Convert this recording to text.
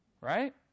right